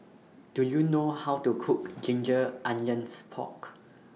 Do YOU know How to Cook Ginger Onions Pork